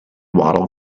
wattle